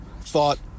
thought